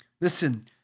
Listen